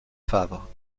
favre